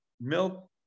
milk